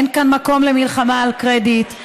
אין כאן מקום למלחמה על קרדיט.